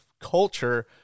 culture